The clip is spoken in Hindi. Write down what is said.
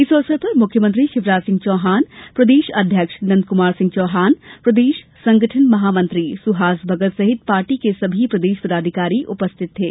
इस अवसर पर मुख्यमंत्री शिवराज सिंह चौहान प्रदेश अध्यक्ष नंदकुमार सिंह चौहान प्रदेश संगठन महामंत्री सुहास भगत सहित पार्टी के सभी प्रदेश पदाधिकारी उपस्थित थे